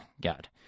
God